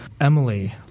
Emily